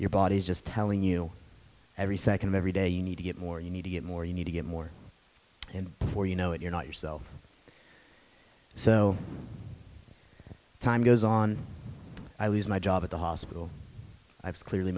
your body just telling you every second of every day you need to get more you need to get more you need to get more and before you know it you're not yourself so time goes on i lose my job at the hospital i was clearly